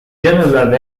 general